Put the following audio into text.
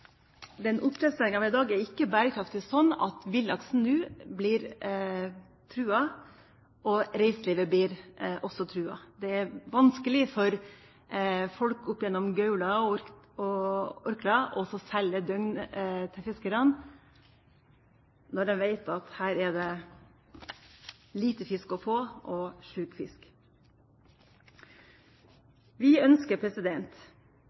Villaksen blir nå truet, og reiselivet blir dermed også truet. Det er vanskelig for folk oppigjennom Gaula og Orkla å selge døgn til fiskerne når man vet at det er lite fisk å få. Vi ønsker og